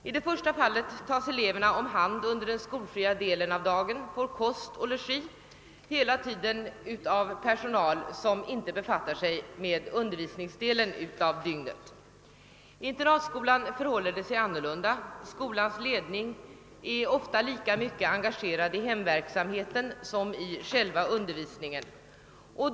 I det första fallet tas eleverna om hand under den skolfria delen av dagen, får kost och logi — hela tiden av personal som inte befattar sig med undervisningsdelen av dygnet. I internatskolan förhåller det sig annorlunda; skolans ledning är ofta lika mycket engagerad i hemverksamheten som i själva undervisningen.